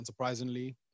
unsurprisingly